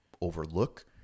overlook